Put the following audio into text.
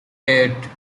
eight